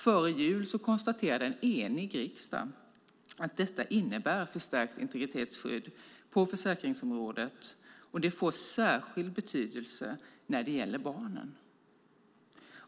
Före jul konstaterade en enig riksdag att detta innebär förstärkt integritetsskydd på försäkringsområdet. Det får särskild betydelse när det gäller barnen.